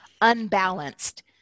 Unbalanced